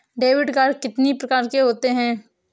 Debit card कितनी प्रकार के होते हैं?